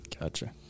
Gotcha